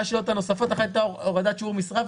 הייתה לגבי הורדת שיעור משרה.